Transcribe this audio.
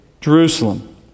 Jerusalem